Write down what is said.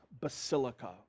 Basilica